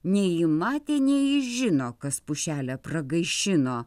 nei ji matė nei ji žino kas pušelę pragaišino